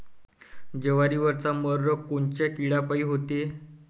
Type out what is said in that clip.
जवारीवरचा मर रोग कोनच्या किड्यापायी होते?